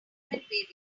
environment